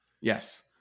Yes